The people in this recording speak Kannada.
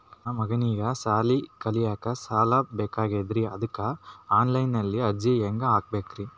ನನ್ನ ಮಗನಿಗಿ ಸಾಲಿ ಕಲಿಲಕ್ಕ ಸಾಲ ಬೇಕಾಗ್ಯದ್ರಿ ಅದಕ್ಕ ಆನ್ ಲೈನ್ ಅರ್ಜಿ ಹೆಂಗ ಹಾಕಬೇಕ್ರಿ?